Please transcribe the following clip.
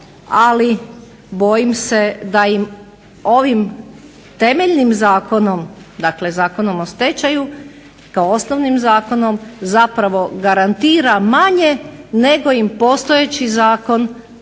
ali bojim se da im ovim temeljnim zakonom dakle Zakonom o stečaju kao osnovnim zakonom zapravo garantira manje nego im postojeći zakon